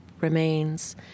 remains